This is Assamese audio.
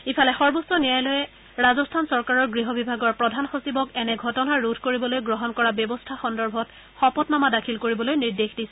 ইফালে সৰ্বোচ্চ ন্যায়ালয়ে ৰাজস্থান চৰকাৰৰ গৃহ বিভাগৰ প্ৰধান সচিবক এনে ঘটনা ৰোধ কৰিবলৈ গ্ৰহণ কৰা ব্যৱস্থা সন্দৰ্ভত শপতনামা দাখিল কৰিবলৈ নিৰ্দেশ দিছে